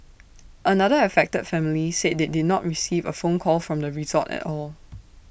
another affected family said they did not receive A phone call from the resort at all